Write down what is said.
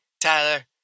Tyler